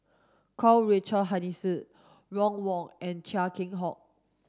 Karl Richard Hanitsch Ron Wong and Chia Keng Hock